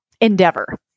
endeavor